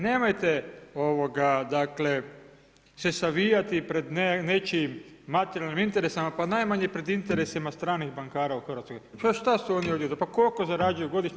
Nemojte se savijati pred nečijim materijalnim interesima pa najmanje pred interesima stranih bankara u Hrvatskoj pa šta su oni ovdje pa koliko zarađuju godišnje?